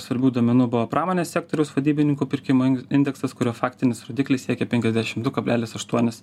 svarbių duomenų buvo pramonės sektoriaus vadybininkų pirkimo indeksas kurio faktinis rodiklis siekė penkiasdešim du kablelis aštuonis